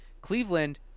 Cleveland